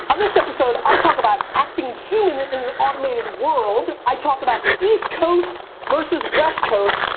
on this episode, i talk about acting human in an automated world. i talk about east coast versus west coast.